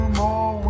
more